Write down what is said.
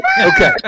Okay